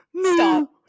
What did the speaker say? Stop